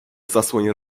zasłoń